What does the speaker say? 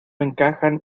encajan